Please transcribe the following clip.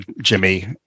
Jimmy –